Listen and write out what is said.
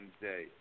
Day